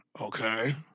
Okay